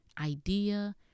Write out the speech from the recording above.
idea